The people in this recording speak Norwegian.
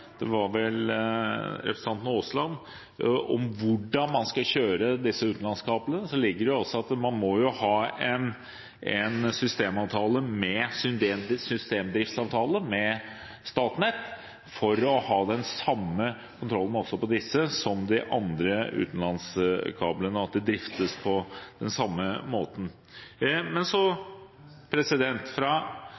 representanten Aasland som nevnte det. Man må jo ha en systemdriftsavtale med Statnett for å ha den samme kontrollen på disse som på de andre utenlandskablene – det må driftes på den samme måten. Fra Venstres side har vi aldri uttrykt at vi skal være noe grønt batteri for Europa. Vi har mye vannkraft i Norge, men